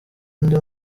undi